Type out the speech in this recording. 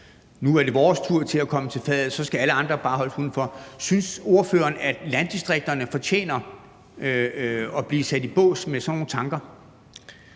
nu er regeringens tur til at komme til fadet, og så skal alle andre bare holdes udenfor. Synes ordføreren, at landdistrikterne fortjener at blive sat i bås med sådan nogle tanker?